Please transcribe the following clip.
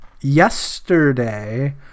Yesterday